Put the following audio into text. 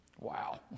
Wow